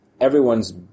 everyone's